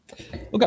okay